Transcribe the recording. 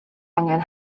angen